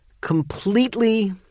completely